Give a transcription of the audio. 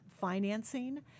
financing